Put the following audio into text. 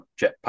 jetpack